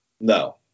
No